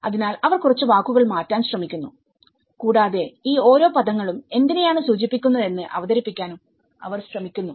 അതിനാൽ അവർ കുറച്ച് വാക്കുകൾ മാറ്റാൻ ശ്രമിക്കുന്നു കൂടാതെ ഈ ഓരോ പദങ്ങളും എന്തിനെയാണ് സൂചിപ്പിക്കുന്നതെന്ന് അവതരിപ്പിക്കാനും അവർ ശ്രമിക്കുന്നു